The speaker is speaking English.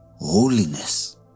Holiness